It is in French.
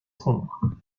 sombre